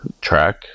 track